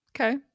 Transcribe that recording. Okay